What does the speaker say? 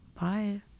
bye